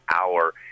hour